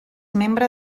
membre